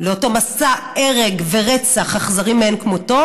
לאותו מסע הרג ואכזרי מאין כמותו.